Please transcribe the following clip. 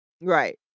Right